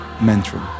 mentor